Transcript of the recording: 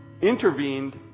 intervened